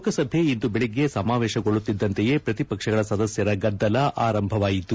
ಲೋಕಸಭೆ ಇಂದು ಬೆಳಿಗ್ಗೆ ಸಮಾವೇಶಗೊಳ್ಳುತಿದ್ದಂತೆಯೇ ಪ್ರತಿಪಕ್ಷಗಳ ಸದಸ್ಯರ ಗದ್ದಲ ಆರಂಭವಾಯಿತು